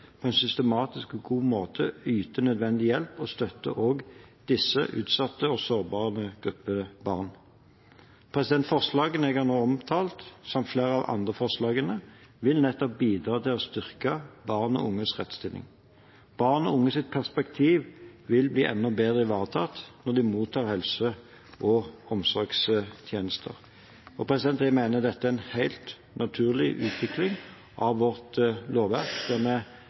på en systematisk og god måte yter nødvendig hjelp og støtte også til denne utsatte og sårbare gruppen barn. Forslagene jeg nå har omtalt, samt flere av de andre forslagene, vil bidra til å styrke barn og unges rettsstilling. Barn og unges perspektiv vil bli enda bedre ivaretatt når de mottar helse- og omsorgstjenester. Jeg mener dette er en helt naturlig utvikling av vårt lovverk,